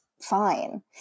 fine